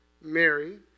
Mary